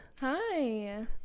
Hi